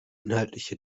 inhaltliche